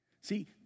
See